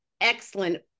excellent